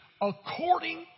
according